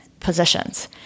positions